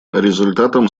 результатом